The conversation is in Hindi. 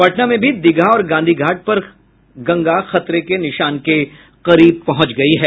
पटना में भी दीघा और गांधी घाट पर गंगा खतरे के निशान के करीब पहुंच गयी है